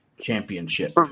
championship